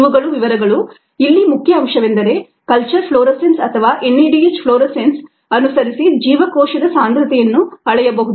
ಇವುಗಳು ವಿವರಗಳು ಇಲ್ಲಿ ಮುಖ್ಯ ಅಂಶವೆಂದರೆ ಕಲ್ಚರ್ ಫ್ಲೋರೆಸೆನ್ಸ್ ಅಥವಾ NADH ಫ್ಲೋರೆಸೆನ್ಸ್ ಅನುಸರಿಸಿ ಜೀವಕೋಶದ ಸಾಂದ್ರತೆಯನ್ನು ಅಳೆಯಬಹುದು